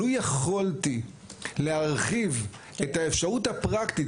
לו יכולתי להרחיב את האפשרות הפרקטית,